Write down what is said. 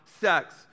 sex